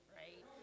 right